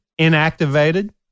inactivated